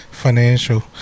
Financial